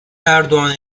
erdoğan